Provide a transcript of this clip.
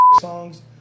songs